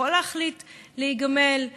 שיכול להחליט להיגמל,